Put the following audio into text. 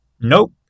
Nope